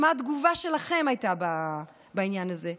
ומה הייתה התגובה שלכם בעניין הזה.